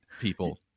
people